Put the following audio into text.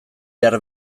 behar